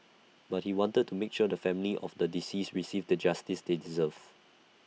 but he wanted to make sure the family of the deceased received the justice they deserve